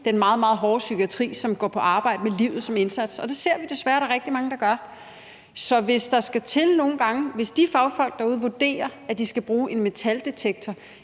den meget, meget hårde psykiatri, som går på arbejde med livet som indsats; det ser vi desværre at der er rigtig mange der gør. Så hvis de fagfolk derude vurderer, at de skal bruge en metaldetektor,